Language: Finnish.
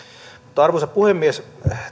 mutta arvoisa puhemies